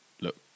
look